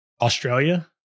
Australia